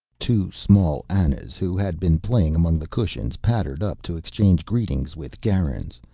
two small anas, who had been playing among the cushions, pattered up to exchange greetings with garin's.